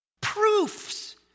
Proofs